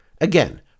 Again